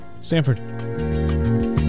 Stanford